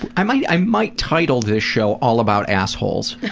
i might i might title this show, all about assholes.